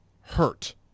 hurt